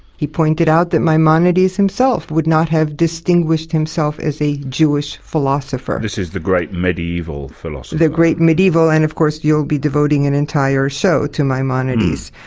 he pointed out that maimonides himself would not have distinguished himself as a jewish philosopher. this is the great medieval philosopher. the great medieval, and of course you'll be devoting an entire show to maimonides.